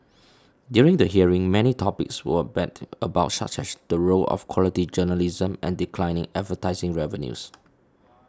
during the hearing many topics were bandied about such as the role of quality journalism and declining advertising revenues